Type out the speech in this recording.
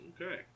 Okay